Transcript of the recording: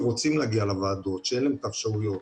שרוצים להגיע לוועדות ואין להם אפשרות,